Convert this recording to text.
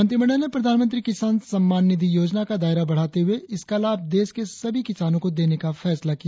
मंत्रिमंडल ने प्रधानमंत्री किसान सम्मान निधि योजना का दायरा बढ़ाते हुए इसका लाभ देश के सभी किसानो को देने का फैसला किया